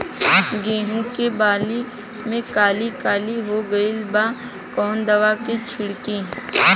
गेहूं के बाली में काली काली हो गइल बा कवन दावा छिड़कि?